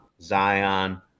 Zion